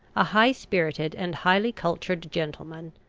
a high-spirited and highly cultured gentleman,